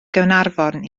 gaernarfon